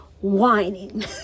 whining